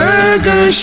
Burger